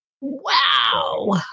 Wow